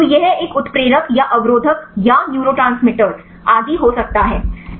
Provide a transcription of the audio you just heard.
तो यह एक उत्प्रेरक या अवरोधक या न्यूरोट्रांसमीटर आदि हो सकता है